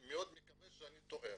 מאוד מקווה שאני טועה,